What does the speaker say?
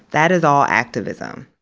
that is all activism.